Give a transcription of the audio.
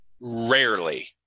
rarely